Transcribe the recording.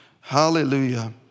Hallelujah